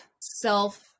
self